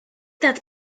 that